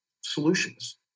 solutions